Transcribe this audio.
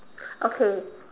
okay